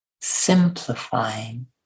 simplifying